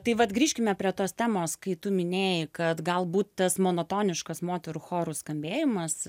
tai vat grįžkime prie tos temos kai tu minėjai kad galbūt tas monotoniškas moterų chorų skambėjimas